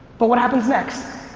but what happens next?